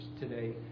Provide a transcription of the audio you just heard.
today